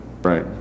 Right